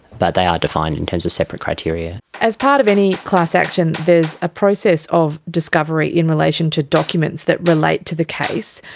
but they are defined in terms of separate criteria. as part of any class action there is a process of discovery in relation to documents that relate to the case.